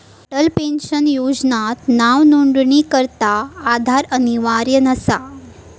Atal pension योजनात नावनोंदणीकरता आधार अनिवार्य नसा